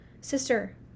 Sister